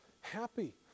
happy